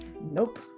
Nope